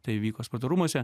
tai vyko sporto rūmuose